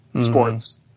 sports